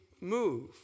move